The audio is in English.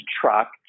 truck